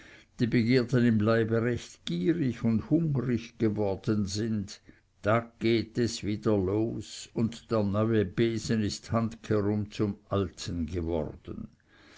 die begierden im leibe recht gierig und hungrig geworden sind da geht es wieder los und der neue besen ist handkehrum zum alten geworden